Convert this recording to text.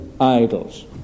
idols